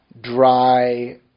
dry